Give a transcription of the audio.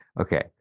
Okay